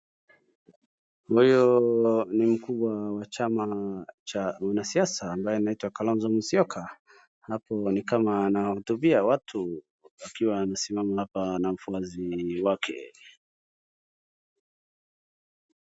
Huyu ni mkubwa wa chama cha wanasiasa ambaye anaitwa Kalonzo Musyoka. Hapo ni kama anawahutubia watu akiwa anasimama hapa na wafuasi wake.